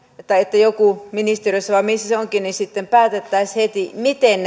että että ministeriössä vai missä se onkin päätettäisiin heti miten